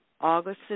August